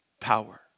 power